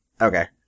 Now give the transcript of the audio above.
Okay